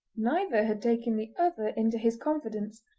neither had taken the other into his confidence,